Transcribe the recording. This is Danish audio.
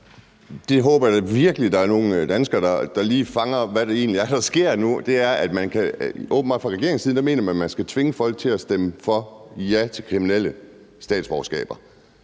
Jeg håber virkelig, at der er nogle danskere, der lige fanger, hvad det egentlig er, der sker lige nu. Fra regeringens side mener man åbenbart, at man skal tvinge folk til at stemme for statsborgerskaber